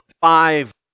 five